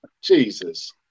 Jesus